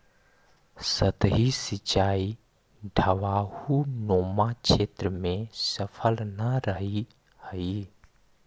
सतही सिंचाई ढवाऊनुमा क्षेत्र में सफल न रहऽ हइ